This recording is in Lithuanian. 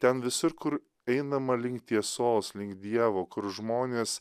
ten visur kur einama link tiesos link dievo kur žmonės